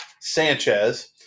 Sanchez